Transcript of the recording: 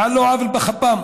שעל לא עוול בכפם